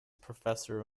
professor